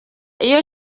iyo